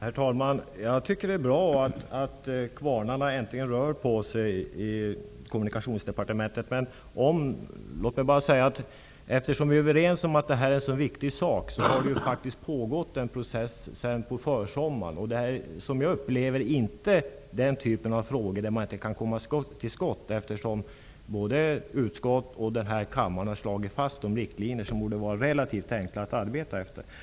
Herr talman! Jag tycker att det är bra att kvarnarna äntligen rör på sig inom Kommunikationsdepartementet. Vi är ju överens om att det här är en viktig fråga. Det har pågått en process sedan försommaren. Som jag upplever det är det här inte den typen av frågor som vi inte kan komma överens om. Både trafikutskottet och kammaren har slagit fast riktlinjer som det bör vara relativt enkelt att arbeta efter.